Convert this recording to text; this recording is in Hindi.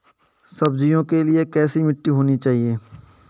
सब्जियों के लिए कैसी मिट्टी होनी चाहिए?